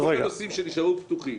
כל הנושאים שנשארו פתוחים.